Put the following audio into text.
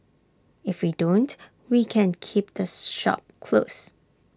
if we don't we can keep this shop closed